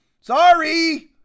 Sorry